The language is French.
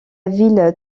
ville